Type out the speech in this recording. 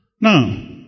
Now